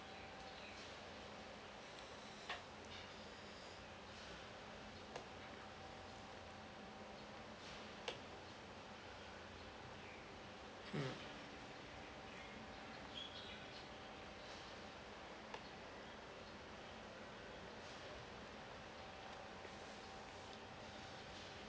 mm